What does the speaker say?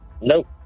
Nope